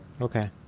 Okay